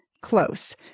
close